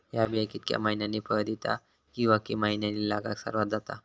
हया बिया कितक्या मैन्यानी फळ दिता कीवा की मैन्यानी लागाक सर्वात जाता?